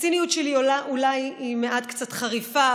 הציניות שלי היא אולי קצת חריפה,